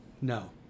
No